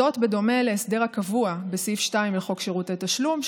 בדומה להסדר הקבוע בסעיף 2 לחוק שירותי תשלום,